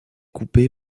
coupée